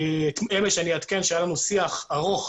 אמש היה לנו שיח ארוך,